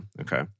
Okay